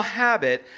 habit